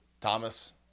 Thomas